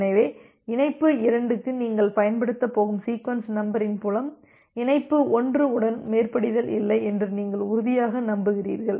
எனவே இணைப்பு 2 க்கு நீங்கள் பயன்படுத்தப் போகும் சீக்வென்ஸ் நம்பரின் புலம் இணைப்பு 1 உடன் மேற்படிதல் இல்லை என்று நீங்கள் உறுதியாக நம்புகிறீர்கள்